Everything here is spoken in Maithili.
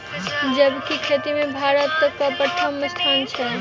जैबिक खेती मे भारतक परथम स्थान छै